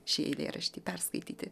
šį eilėraštį perskaityti